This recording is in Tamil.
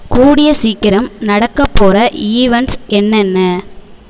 கூடிய சீக்கிரம் நடக்கப்போகிற ஈவண்ட்ஸ் என்னென்ன